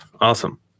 awesome